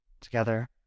Together